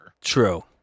True